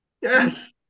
Yes